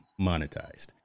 monetized